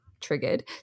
triggered